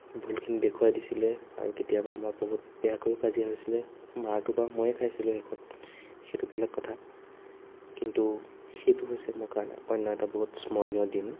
ভুলখিনি দেখুৱাই দিছিল আৰু কেতিয়াবা আমাৰ বহুত বেয়াকৈও কাজিয়া হৈছিল মাৰটো বাৰু ময়ে খাইছিলোঁ শেষত সেইটো বেলেগ কথা কিন্তু সেইটো হৈছে মোৰ কাৰণে অন্য এটা বহুত স্মৰণীয় দিন